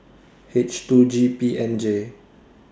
H two G P N J